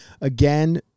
again